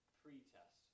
pre-test